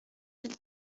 mille